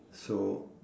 so